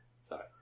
Sorry